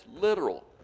literal